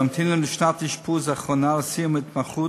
ממתינים לשנת אשפוז אחרונה לסיום התמחות,